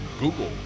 Google